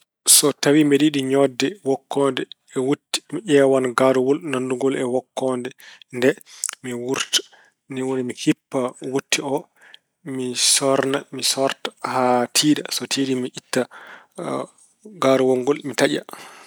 So tawi mbeɗa yiɗi ñootde wokkoode e wutte, mi ƴeewan kaarawol nanndungol e wokkoonde nde, mi wurta. Ni woni mi hippa wutte oo. Mi soorna, mi soorta haa tiiɗa. So tiiɗi, mi itta kaarawol ngol. Mi taña.